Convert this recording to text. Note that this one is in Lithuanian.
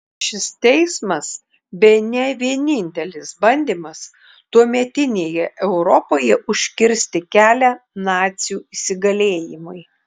šis teismas bene vienintelis bandymas tuometinėje europoje užkirsti kelią nacių įsigalėjimui